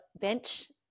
bench